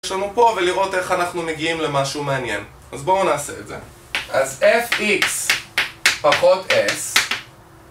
יש לנו פה ולראות איך אנחנו מגיעים למשהו מעניין אז בואו נעשה את זה. אז fx פחות s